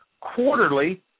quarterly